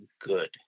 good